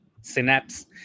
Synapse